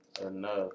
enough